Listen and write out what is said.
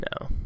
No